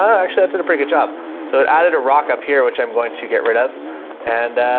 actually i did a pretty good job so it added a rock up here, which i'm going to get rid of and